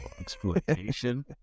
exploitation